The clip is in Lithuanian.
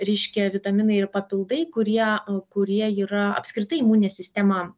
reiškia vitaminai ir papildai kurie kurie yra apskritai imuninė sistema